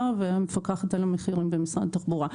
והמפקחת על המחירים במשרד התחבורה.